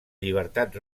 llibertat